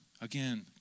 again